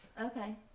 Okay